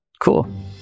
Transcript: Cool